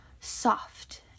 soft